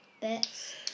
bits